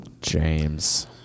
James